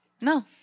No